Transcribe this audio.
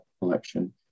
collection